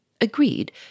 agreed